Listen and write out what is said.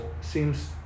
seems